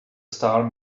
star